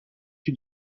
une